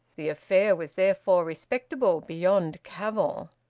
the affair was therefore respectable beyond cavil.